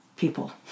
people